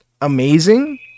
amazing